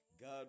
God